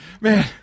Man